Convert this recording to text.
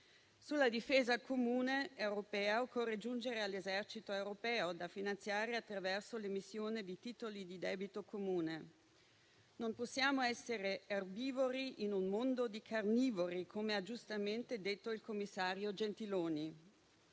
Sulla difesa comune europea occorre giungere all'esercito europeo, da finanziare attraverso l'emissione di titoli di debito comune. Non possiamo essere erbivori in un mondo di carnivori, come ha giustamente detto il commissario Gentiloni.